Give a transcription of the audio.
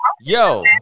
yo